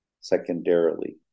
secondarily